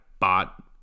bot